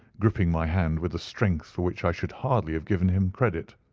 gripping my hand with a strength for which i should hardly have given him credit.